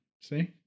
see